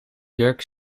jurk